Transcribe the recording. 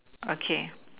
okay